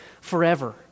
forever